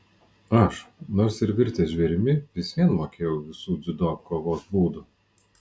aš nors ir virtęs žvėrimi vis vien mokėjau visų dziudo kovos būdų